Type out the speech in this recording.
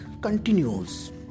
continues